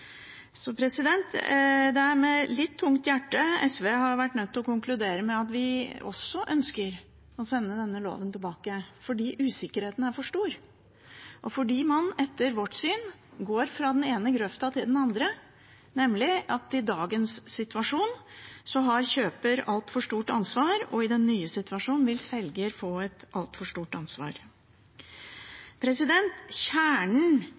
Med litt tungt hjerte har SV vært nødt til å konkludere med at vi ønsker å sende denne loven tilbake fordi usikkerheten er for stor, og fordi man, etter vårt syn, går fra den ene grøfta til den andre, nemlig at i dagens situasjon har kjøper altfor stort ansvar, og i den nye situasjonen vil selger få et altfor stort ansvar. Kjernen